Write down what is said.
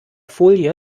folie